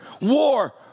war